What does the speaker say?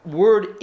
word